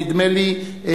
נדמה לי,